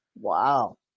Wow